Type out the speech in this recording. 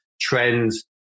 trends